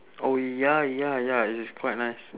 orh ya ya ya it is quite nice